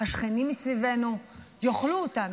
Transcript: השכנים מסביבנו יאכלו אותנו,